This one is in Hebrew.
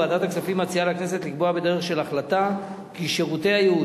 ועדת הכספים מציעה לכנסת לקבוע בדרך של החלטה כי שירותי הייעוץ